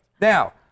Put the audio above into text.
Now